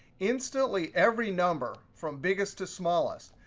instantly, every number, from biggest to smallest,